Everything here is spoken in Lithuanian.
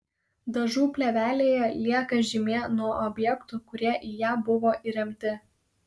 dažų plėvelėje lieka žymė nuo objektų kurie į ją buvo įremti